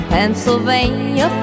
Pennsylvania